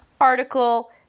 article